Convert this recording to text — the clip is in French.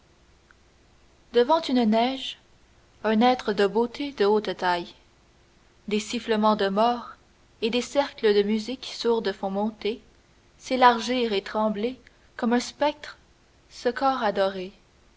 devant une neige un être de beauté de haute taille des sifflements de mort et des cercles de musique sourde font monter s'élargir et trembler comme un spectre ce corps adoré